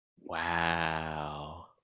wow